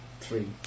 three